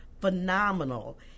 phenomenal